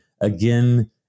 again